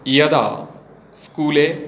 यदा स्कूले